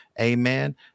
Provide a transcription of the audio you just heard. Amen